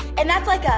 and that's like a,